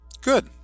Good